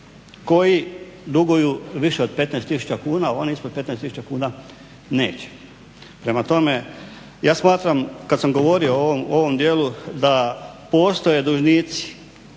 koji duguju više od 15 tisuća kuna, oni ispod 15 tisuća kuna neće. Prema tome, ja smatram kad sam govorio o ovom dijelu da postoje dužnici